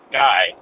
guy